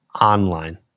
online